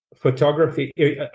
Photography